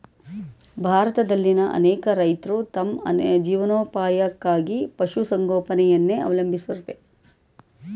ಭಾರತದಲ್ಲಿನ್ ಅನೇಕ ರೈತ್ರು ತಮ್ ಜೀವನೋಪಾಯಕ್ಕಾಗಿ ಪಶುಸಂಗೋಪನೆಯನ್ನ ಅವಲಂಬಿಸವ್ರೆ